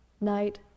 night